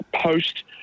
post